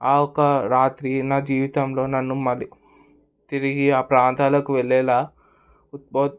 ఆ ఒక్క రాత్రి నా జీవితంలో నన్ను మరి తిరిగి ఆ ప్రాంతాలకు వెళ్ళేలా